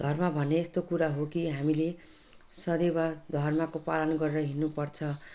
धर्म भन्ने यस्तो कुरा हो कि हामीले सदैव धर्मको पालन गरेर हिँड्नुपर्छ